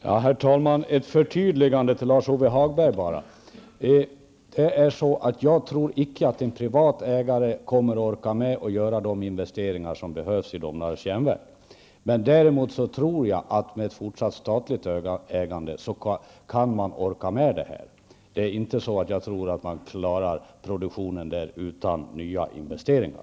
Herr talman! Jag vill göra ett förtydligande till Lars Ove Hagberg. Jag tror inte att en privat ägare orkar med att göra de investeringar som behövs i Domnarvets Jernverk. Däremot tror jag att man med ett fortsatt statligt ägande kan orka med detta. Man torde inte kunna klara produktionen utan nyinvesteringar.